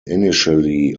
initially